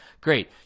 great